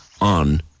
on